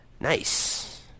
nice